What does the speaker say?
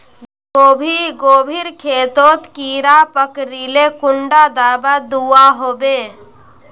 गोभी गोभिर खेतोत कीड़ा पकरिले कुंडा दाबा दुआहोबे?